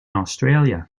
australia